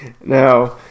Now